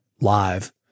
live